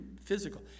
physical